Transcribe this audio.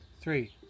three